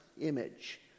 image